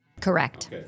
Correct